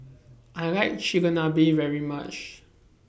I like Chigenabe very much